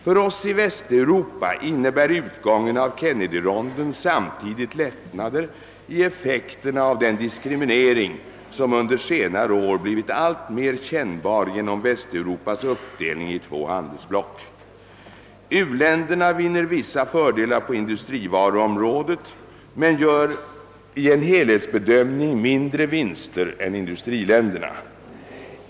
För oss i Västeuropa innebär utgången av Kennedyronden samtidigt lättnader i effekterna av den diskriminering som under senare år blivit alltmer kännbar genom Västeuropas uppdelning i två handelsblock. U-länderna vinner vissa fördelar på industrivaruområdet men gör i en helhetsbedömning mindre vinster än industriländerna.